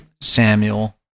Samuel